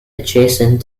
adjacent